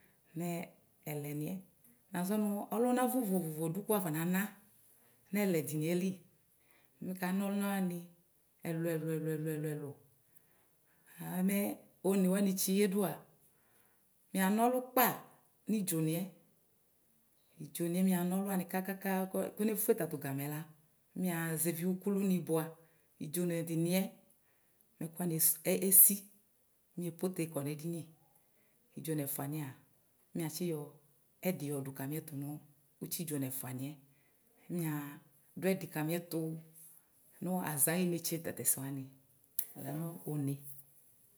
Niya kɔsʋ nʋ nʋ amɛyibɔ nʋ wʋ akpɔsɔ afrikalʋ wanɩ ʋmolɩ lila niya kɔsʋ nʋ ʋmolɩ wanɩ lɛ ɛlʋ ɛlʋ ɛlʋ ɛdɩyɛ kʋ amakʋtʋyɔya kamokele mʋ ʋmolɩ ayʋ ɛzʋ ɔdʋ ɛdɩɛ kameya kʋ anama kʋtʋ kele ʋmolɩ ayʋ ɛzʋ kameya yɩ akpa ̧̌̈ɔtabidʋ mɛ ɛdɩɛ kʋ iyamu lanʋ ɛdɩɛ kʋ akɔnazɛ ʋmolɩ yalɛ akɔnazɛ mʋa̧ lakʋ afɔnayɔ kele ʋmolɩ ayʋ ɛzʋ lakʋ ney.